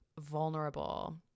vulnerable